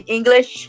English